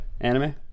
anime